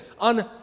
on